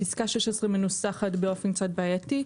פסקה (16) מנוסחת באופן קצת בעייתי,